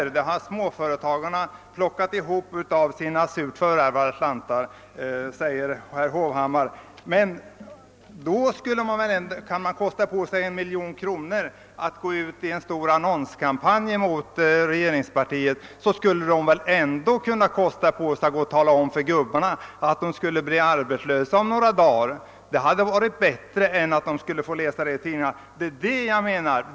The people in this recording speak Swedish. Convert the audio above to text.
Den summan har småföretagarna plockat ihop av sina surt förvärvade slantar, säger herr Hovhammar. Om de kan kosta på sig en miljon kronor för en annonskampanj mot regeringspartiet kunde de väl också kosta på sig att tala om för »gubbarna» att de blir arbetslösa om några dagar. Det hade varit bättre om de fått det beskedet av företagsledningen än att de som nu fick läsa om det i tidningarna.